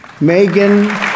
Megan